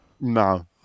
No